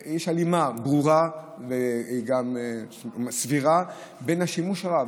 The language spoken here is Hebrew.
יש הלימה ברורה וגם סבירה עם השימוש הרב,